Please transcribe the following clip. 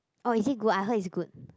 oh is it good I heard is good